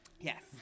Yes